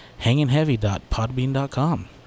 hangingheavy.podbean.com